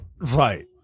Right